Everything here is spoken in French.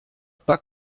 pas